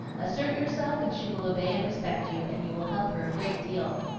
assert yourself and she will obey and respect you, and you will help her a great deal.